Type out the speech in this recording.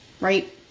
right